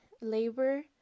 labor